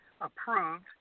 approved